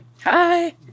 Hi